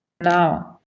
now